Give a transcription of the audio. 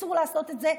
אסור לעשות את זה.